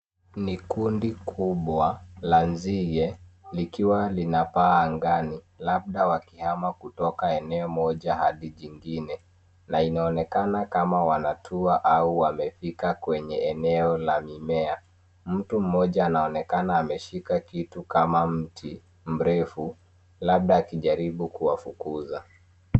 Ni kundi kubwa la nzige likiwa linapaa angani labda wakihama kutoka eneo moja hadi jingine. Na inaonekana kama wanatua au wamefika kwenye eneo la mimea. Mtu mmoja anaonekana ameshika kitu kama mti mrefu labda akijaribu kuwafukuza.